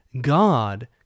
God